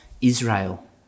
Israel